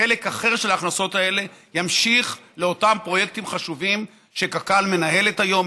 חלק אחר של ההכנסות האלה ימשיך לאותם פרויקטים חשובים שקק"ל מנהלת היום,